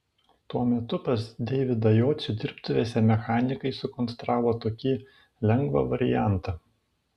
tuo metu pas deividą jocių dirbtuvėse mechanikai sukonstravo tokį lengvą variantą